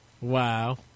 Wow